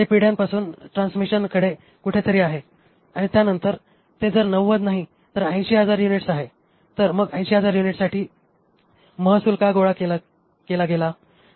ते पिढ्यापासून ट्रान्समिशनकडे कुठेतरी आहे आणि त्यानंतर ते जर 90 नाही तर ते 80000 युनिट्स आहे तर मग 80000 युनिट्ससाठी महसूल का गोळा केला गेला